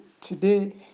today